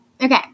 Okay